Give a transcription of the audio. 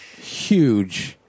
huge